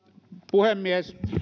puhemies